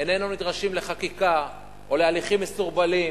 איננו נדרשים לחקיקה או להליכים מסורבלים,